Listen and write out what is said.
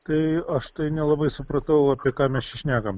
tai aš tai nelabai supratau apie ką mes čia šnekam